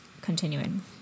continuing